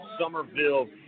Somerville